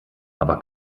aber